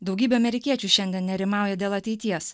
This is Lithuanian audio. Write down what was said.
daugybė amerikiečių šiandien nerimauja dėl ateities